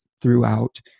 throughout